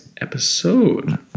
episode